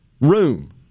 room